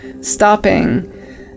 stopping